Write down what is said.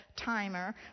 timer